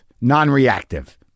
non-reactive